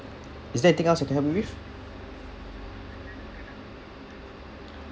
is there anything else I can help you with